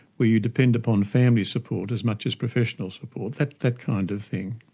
where you depend upon family support as much as professional support. that that kind of thing.